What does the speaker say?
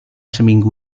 seminggu